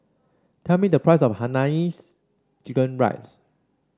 tell me the price of Hainanese Chicken Rice